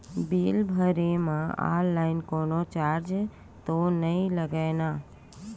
Bill भरे मा online कोनो चार्ज तो नई लागे ना?